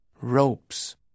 ropes